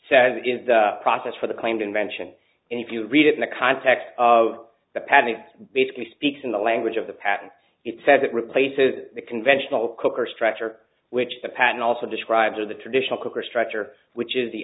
it is the process for the claimed invention and if you read it in the context of the padding basically speaks in the language of the patent it said it replaces the conventional cooker structure which the patent also describes or the traditional cooker structure which is the